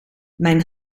mijn